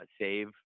save